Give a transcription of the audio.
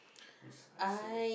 this answer